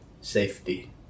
safety